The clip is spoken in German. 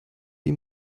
wie